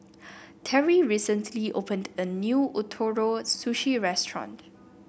Terry recently opened a new Ootoro Sushi Restaurant